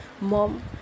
Mom